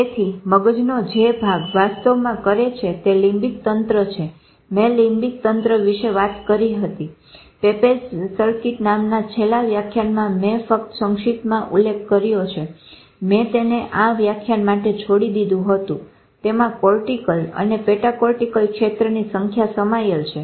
તેથી મગજનો જે ભાગ વાસ્તવમાં કરે છે તે લીમ્બીક તંત્ર છે મેં લીમ્બીક તંત્ર વિશે વાત કરી નથી પેપેઝ સર્કીટ નામના છેલ્લા વ્યાખ્યાનમાં મેં ફક્ત સંશીપ્તમાં ઉલ્લેખ કર્યો છે અને મેં તેને આ વ્યાખ્યાન માટે છોડી દીધું હતું તેમાં કોર્ટીકલ અને પેટા કોર્ટીકલ ક્ષેત્રની સંખ્યા સમાયેલ છે